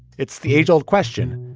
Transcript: it's the age old question.